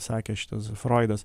sakė šitas froidas